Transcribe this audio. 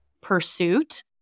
pursuit